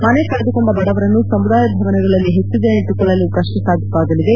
ಮನೆ ಕಳೆದುಕೊಂಡ ಬಡವರನ್ನು ಸಮುದಾಯ ಭವನಗಳಲ್ಲಿ ಹೆಚ್ಚು ದಿನ ಇಟ್ಪುಕೊಳ್ಳಲೂ ಕಷ್ಪ ಸಾಧ್ಯವಾಗಲಿದೆ